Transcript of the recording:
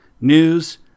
news